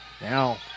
Now